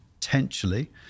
Potentially